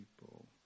people